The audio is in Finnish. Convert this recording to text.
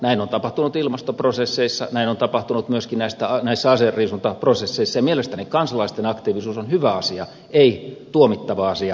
näin on tapahtunut ilmastoprosesseissa näin on tapahtunut myöskin näissä aseriisuntaprosesseissa ja mielestäni kansalaisten aktiivisuus on hyvä asia ei tuomittava asia